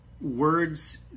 words